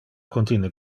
contine